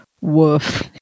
Woof